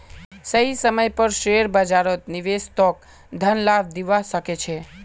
सही समय पर शेयर बाजारत निवेश तोक धन लाभ दिवा सके छे